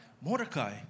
Mordecai